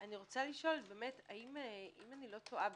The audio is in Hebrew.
אם איני טועה,